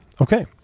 okay